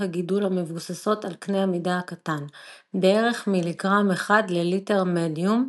הגידול המבוססות על קנה המידה הקטן - בערך מיליגרם אחד לליטר מדיום,